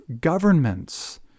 governments